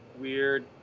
Weird